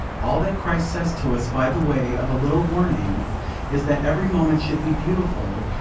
all that christ says to us by the way of a little warning is that every moment should be beautiful,